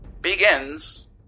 begins